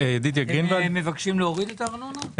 הם מבקשים להוריד את הארנונה?